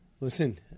Listen